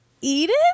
Edith